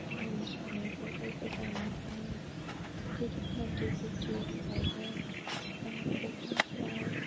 आंनि संनायखौ बयबो जानायखायनो बिदि पार्टि पुर्टि फोरावबो एबा प्रग्राम फोराव